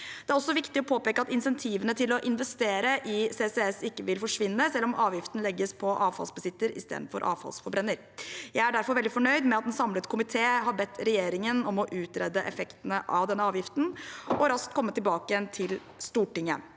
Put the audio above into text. Det er også viktig å påpeke at insentivene til å investere i CCS ikke vil forsvinne selv om avgiften legges på avfallsbesitter istedenfor avfallsforbrenner. Jeg er derfor veldig fornøyd med at en samlet komité har bedt regjeringen om å utrede effektene av denne avgiften og raskt komme tilbake igjen til Stortinget.